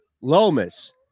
Lomas